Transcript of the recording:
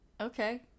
Okay